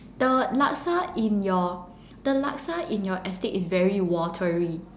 the laksa in your the laksa in your estate is very watery